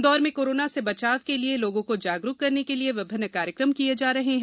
इंदौर में कोरोना से बचाव के लिए लोगों को जागरुक करने के लिए विभिन्न कार्यकम किये जा रहे हैं